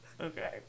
okay